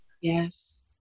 Yes